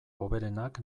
hoberenak